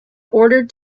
ordered